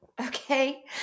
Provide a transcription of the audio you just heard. okay